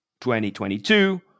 2022